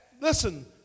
listen